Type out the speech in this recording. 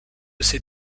ces